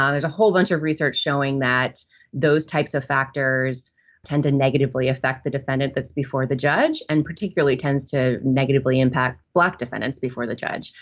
um there's a whole bunch of research showing that those types of factors tend to negatively affect the defendant. that's before the judge. and particularly tends to negatively impact black defendants before the judge.